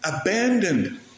abandoned